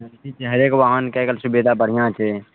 हरेक वाहनके अलग सुविधा बढ़िऑं छै